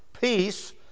peace